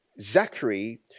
Zachary